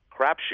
crapshoot